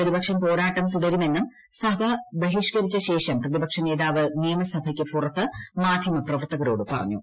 പ്രതിപക്ഷം പോരാട്ടം തുടരുമെന്നും സഭ ബഹിഷ്കരിച്ചശേഷം പ്രതിപക്ഷ നേതാവ് നിയമസഭയ്ക്ക് പുറത്ത് മാധ്യമ പ്രവർത്തകരോട് പറഞ്ഞു